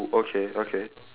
okay okay